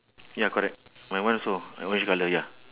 ya correct my one also orange colour ya